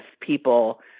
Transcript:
people